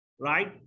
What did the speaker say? right